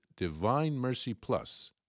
DivineMercyPlus